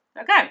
Okay